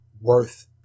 worth